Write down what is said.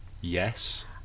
yes